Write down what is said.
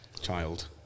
child